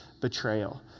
betrayal